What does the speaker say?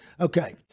Okay